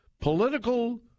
political